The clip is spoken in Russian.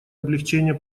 облегчения